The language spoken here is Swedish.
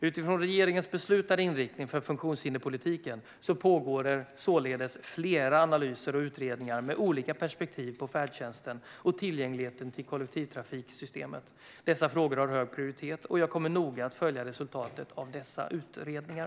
Utifrån regeringens beslutade inriktning för funktionshinderspolitiken pågår således flera analyser och utredningar med olika perspektiv på färdtjänsten och tillgängligheten till kollektivtrafiksystemet. Dessa frågor har hög prioritet, och jag kommer att noga följa resultatet av dessa utredningar.